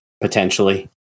potentially